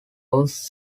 ouse